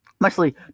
mostly